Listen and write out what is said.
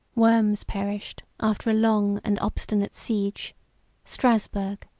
worms perished after a long and obstinate siege strasburgh,